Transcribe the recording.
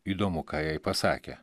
įdomu ką jai pasakė